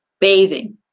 Bathing